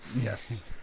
yes